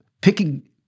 picking